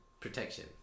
Protection